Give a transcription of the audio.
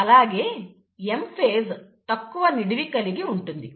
అలాగే M phase తక్కువ నిడివి కలిగి ఉంటుంది